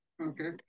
okay